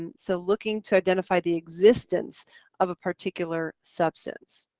and so looking to identify the existence of a particular substance.